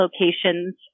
locations